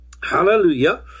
Hallelujah